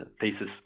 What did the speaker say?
thesis